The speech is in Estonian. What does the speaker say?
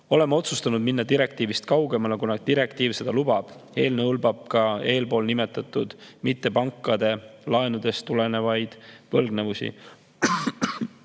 Oleme otsustanud minna direktiivist kaugemale, kuna direktiiv seda lubab. Eelnõu hõlmab ka eelpool nimetatud mittepankade laenudest tulenevaid võlgnevusi.